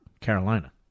Carolina